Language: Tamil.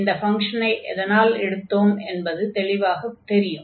இந்த ஃபங்ஷனை எதனால் எடுத்தோம் என்பது தெளிவாக தெரியும்